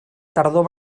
tardor